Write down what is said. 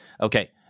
Okay